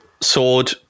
sword